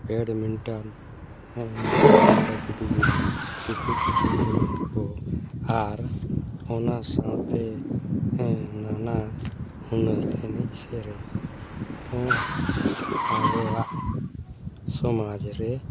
badminton ᱦᱮᱞᱮ ᱠᱩᱴᱵᱩᱨ ᱪᱩᱠᱩ ᱪᱩᱠᱩ ᱮᱢᱟᱱ ᱠᱚ ᱟᱨ ᱚᱱᱟ ᱥᱟᱶᱛᱮ ᱱᱟᱱᱟ ᱦᱩᱱᱟᱹᱨ ᱮᱱᱮᱡ ᱥᱮᱨᱮᱧ ᱦᱚᱸ ᱟᱵᱚᱣᱟᱜ ᱥᱚᱢᱟᱡᱽ ᱨᱮ